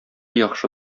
яхшы